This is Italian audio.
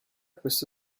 questo